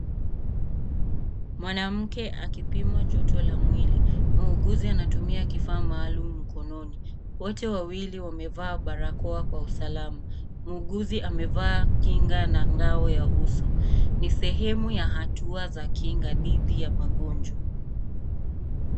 Mwanamke akipimwa joto la mwili, muuguzi anatumia kifaa maalum mkononi, wote wawili wamevaa barakoa kwa usalama. Muuguzi amevaa kinga na ngao ya uso, ni sehemu za hatua za kinga dhidi ya magonjwa.